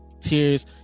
Tears